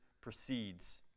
proceeds